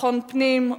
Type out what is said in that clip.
ביטחון פנים,